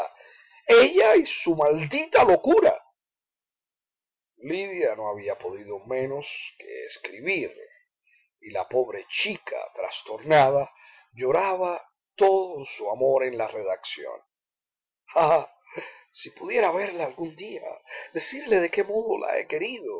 ella y su maldita locura lidia no había podido menos que escribir y la pobre chica trastornada lloraba todo su amor en la redacción ah si pudiera verla algún día decirle de qué modo la he querido